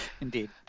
indeed